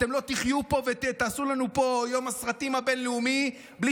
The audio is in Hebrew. אתם לא תחיו פה ותעשו לנו פה יום הסרטים הבין-לאומי בלי